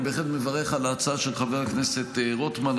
אני בהחלט מברך על ההצעה של חבר הכנסת רוטמן.